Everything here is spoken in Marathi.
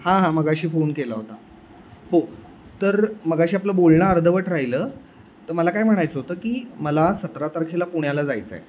हां हां मघाशी फोन केला होता हो तर मघाशी आपलं बोलणं अर्धवट राहिलं तर मला काय म्हणायचं होतं की मला सतरा तारखेला पुण्याला जायचं आहे